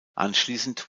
anschließend